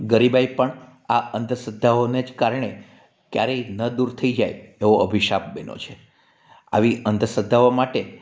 ગરીબાઈ પણ આ અંધશ્રદ્ધાઓને કારણે જ ક્યારે ન દૂર થઈ જાયે એવો અભિશાપ બન્યો છે આવી અંધશ્રદ્ધાઓ માટે